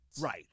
Right